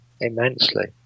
immensely